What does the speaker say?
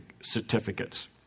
certificates